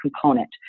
component